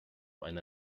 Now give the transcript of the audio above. eine